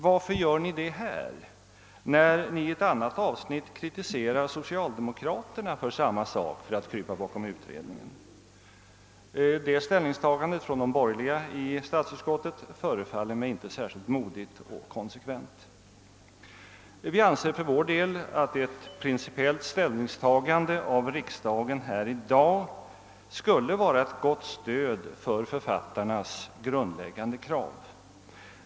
Varför gör ni det här när ni i ett annat avsnitt kritiserar socialdemokraterna för att de kryper bakom utredningen? Det ställningstagandet från de borgerliga ledamöterna i statsutskottet förefaller mig inte särskilt modigt och konsekvent. Vi anser för vår del att ett principiellt ställningstagande av riksdagen i dag skulle vara ett gott stöd för författarnas grundläggande krav.